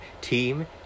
Team